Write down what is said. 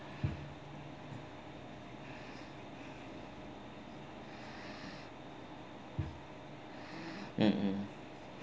mmhmm